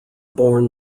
born